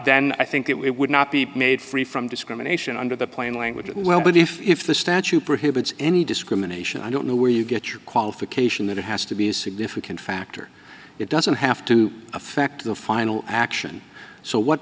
then i think it would not be made free from discrimination under the plain language well but if the statute prohibits any discrimination i don't know where you get your qualification that it has to be a significant factor it doesn't have to affect the final action so what